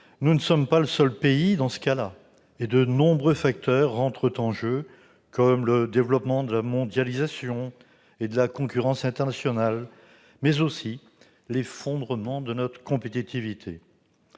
nous ne sommes pas le seul pays dans ce cas-là et de nombreux facteurs entrent en jeu, comme le développement de la mondialisation et de la concurrence internationale, sans oublier l'effondrement de notre compétitivité.